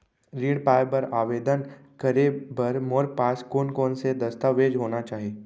ऋण पाय बर आवेदन करे बर मोर पास कोन कोन से दस्तावेज होना चाही?